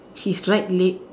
his right leg